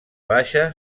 baixa